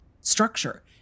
structure